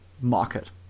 market